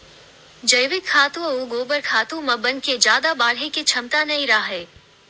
जइविक खातू अउ गोबर खातू म बन के जादा बाड़हे के छमता नइ राहय